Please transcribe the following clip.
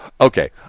Okay